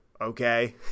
okay